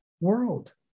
world